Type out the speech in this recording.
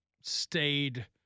stayed